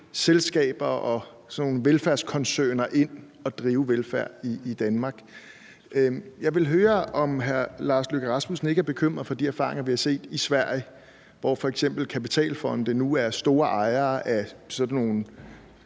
sådan nogle velfærdskoncerner ind at drive velfærd i Danmark. Jeg vil høre, om hr. Lars Løkke Rasmussen ikke er bekymret på baggrund af de erfaringer, vi har set i Sverige, hvor f.eks. kapitalfonde nu er store ejere af sådan nogle